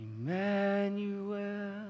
Emmanuel